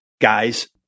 guys